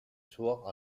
soir